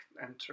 enter